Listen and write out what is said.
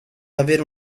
avere